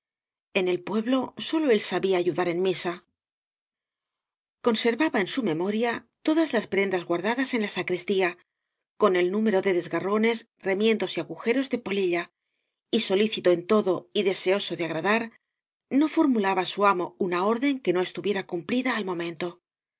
en el pueblo sólo él sabía ayudar una misa conservaba en su memoria todas las prendas guardadas en la sacristía con el número de desgarrones remiendos y agujeros de polilla y solícito en todo y deseoso de agradar no formulaba su amo una orden que no estuviera cumplida al momento